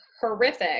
Horrific